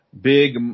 big